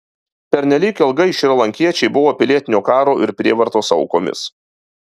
pernelyg ilgai šrilankiečiai buvo pilietinio karo ir prievartos aukomis